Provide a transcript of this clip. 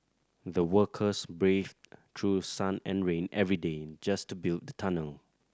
the workers braved through sun and rain every day just to build the tunnel